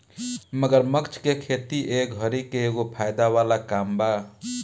मगरमच्छ के खेती ए घड़ी के एगो फायदा वाला काम बा